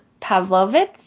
Pavlovitz